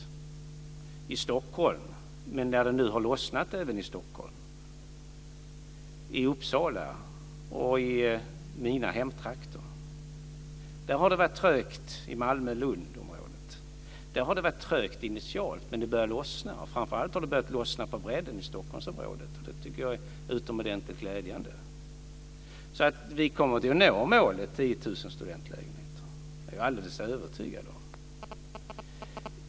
Det har varit trögt i Stockholm, fast nu har det lossnat även i Stockholm, samt i Uppsala och i mina hemtrakter. Där har det initialt varit trögt, alltså i Malmö/Lund-området, men det börjar lossna. Framför allt har det börjat lossna på bredden i Stockholmsområdet. Det tycker jag är utomordentligt glädjande. Vi kommer att nå målet på 10 000 studentlägenheter. Det är jag alldeles övertygad om.